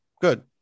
Good